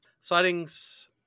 sightings